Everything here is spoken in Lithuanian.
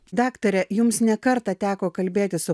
daktare jums ne kartą teko kalbėtis su